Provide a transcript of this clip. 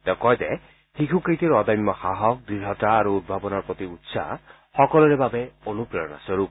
তেওঁ কয় যে শিশুকেইটিৰ অদম্য সাহস দঢ়তা আৰু উদ্ভাৱনৰ প্ৰতি উৎসাহ সকলোৰে বাবে অনুপ্ৰেৰণা স্বৰূপ